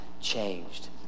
changed